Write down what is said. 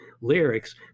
lyrics